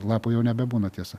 lapų jau nebebūna tiesa